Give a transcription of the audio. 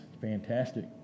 fantastic